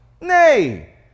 Nay